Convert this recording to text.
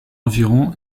environ